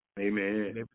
Amen